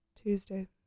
Tuesday